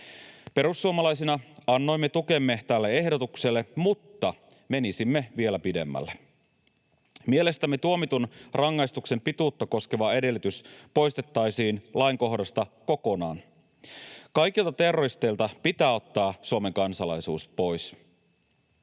Perussuomalaisina annoimme tukemme tälle ehdotukselle, mutta menisimme vielä pidemmälle. Mielestämme tuomitun rangaistuksen pituutta koskeva edellytys tulisi poistaa lainkohdasta kokonaan. Kaikilta terroristeilta pitää ottaa Suomen kansalaisuus pois.